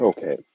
Okay